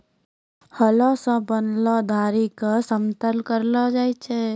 हलो सें बनलो धारी क समतल करलो जाय छै?